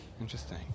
Interesting